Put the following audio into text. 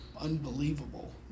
unbelievable